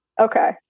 Okay